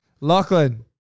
Lachlan